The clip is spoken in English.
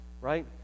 Right